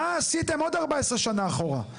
מה עשיתם עוד 14 שנה אחורה?